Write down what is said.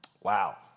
Wow